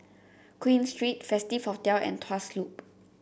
Queen Street Festive Hotel and Tuas Loop